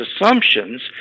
assumptions